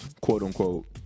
quote-unquote